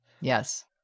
Yes